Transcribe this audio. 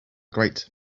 great